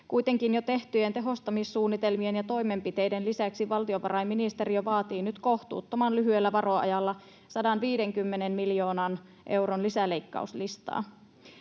Kuitenkin jo tehtyjen tehostamissuunnitelmien ja toimenpiteiden lisäksi valtiovarainministeriö vaatii nyt kohtuuttoman lyhyellä varoajalla 150 miljoonan euron lisäleikkauslistaa.